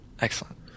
Excellent